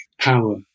power